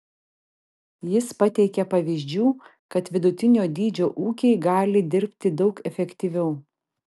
jis pateikė pavyzdžių kad vidutinio dydžio ūkiai gali dirbti daug efektyviau